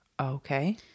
Okay